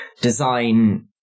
design